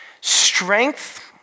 Strength